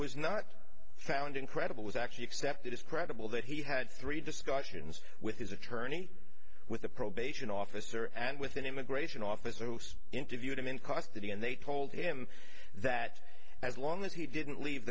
was not found incredible was actually accepted as credible that he had three discussions with his attorney with the probation officer and with an immigration officer who interviewed him in custody and they told him that as long as he didn't leave